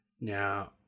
Now